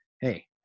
hey